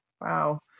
Wow